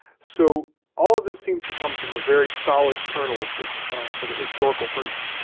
so all of this seems to come from a very solid kernel of of a historical person.